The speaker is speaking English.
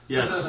Yes